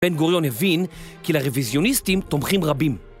בן גוריון הבין כי לרוויזיוניסטים תומכים רבים